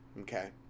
Okay